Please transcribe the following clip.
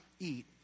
Eat